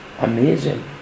amazing